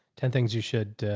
ten things you should, ah,